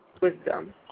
wisdom